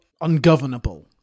ungovernable